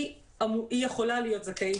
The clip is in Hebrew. היא יכולה להיות זכאית.